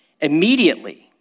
Immediately